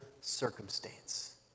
circumstance